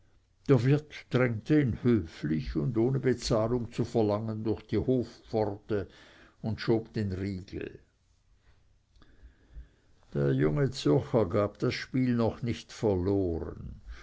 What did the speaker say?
wirt drängte ihn höflich und ohne bezahlung zu verlangen durch die hofpforte und schob den riegel der junge zürcher gab das spiel noch nicht verloren